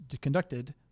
conducted